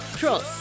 cross